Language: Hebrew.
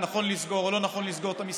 ונכון לסגור או לא נכון לסגור את המסעדות,